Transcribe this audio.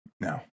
No